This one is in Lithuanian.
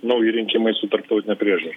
nauji rinkimai su tarptautine priežiūra